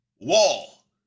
wall